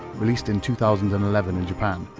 released in two thousand and eleven in japan,